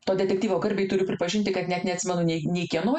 to detektyvo garbei turiu pripažinti kad net neatsimenu nei nei kieno